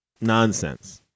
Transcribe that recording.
nonsense